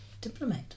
diplomat